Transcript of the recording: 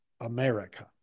America